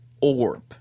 orb